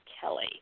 Kelly